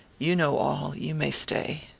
you know all. you may stay.